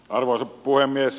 arvoisa puhemies